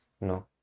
No